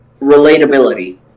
relatability